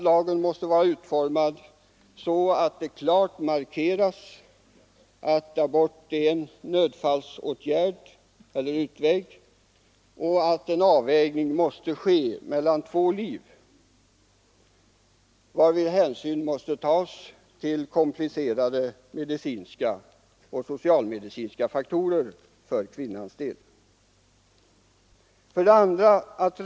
Lagen måste vara så utformad att det klart markeras att abort är en nödfallsutväg och att en avvägning sker mellan två liv, varvid hänsyn måste tas till bl.a. komplicerade medicinska och socialmedicinska faktorer för kvinnans del. 2.